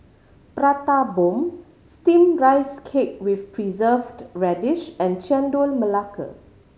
Prata Bomb Steamed Rice Cake with Preserved Radish and Chendol Melaka